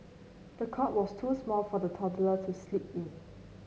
the cot was too small for the toddler to sleep in